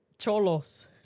Cholos